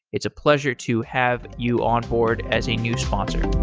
it's a pleasure to have you onboard as a new sponsor